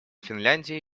финляндии